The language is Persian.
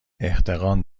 احتقان